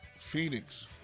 Phoenix